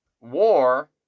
war